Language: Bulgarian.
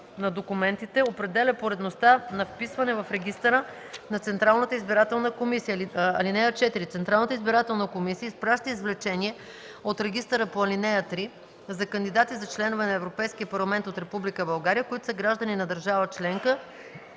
на документите определя поредността на вписване в регистъра на Централната избирателна комисия. (4) Централната избирателна комисия изпраща извлечение от регистъра по ал. 3 за кандидати за членове на Европейския парламент от Република България, които са граждани на държава – членка